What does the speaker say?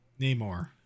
namor